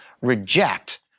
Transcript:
reject